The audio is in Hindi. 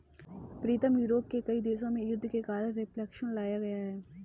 प्रीतम यूरोप के कई देशों में युद्ध के कारण रिफ्लेक्शन लाया गया है